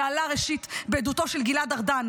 זה עלה, ראשית, בעדותו של גלעד ארדן,